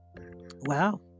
Wow